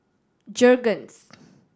Jergens